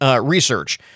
research